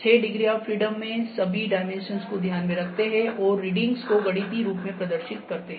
6 degree of freedom में सभी dimensions को ध्यान में रखते है और रीडिंग्स को गणितीय रूप में प्रदर्शित करते है